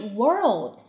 world